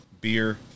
beer